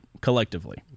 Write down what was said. collectively